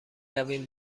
رویم